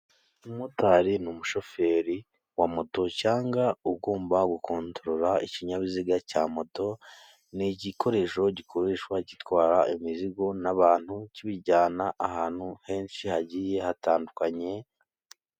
Umumotari ni umushoferi wa moto cyangwa ugomba gukontorora ikinyabiziga cya moto. Ni igikoresho gikoreshwa gitwara imizigo n'abantu kibijyana ahantu henshi hagiye hatandukanye...